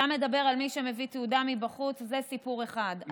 אתה מדבר על מי שמביא תעודה מבחוץ, זה סיפור אחד.